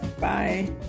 Bye